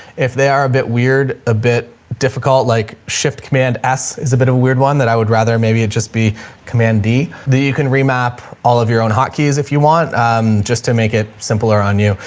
if they are a bit weird, a bit difficult like shift command s is a bit of a weird one that i would rather maybe it just be command d that you can remap all of your own hot keys if you want just to make it simpler on you.